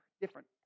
different